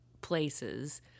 places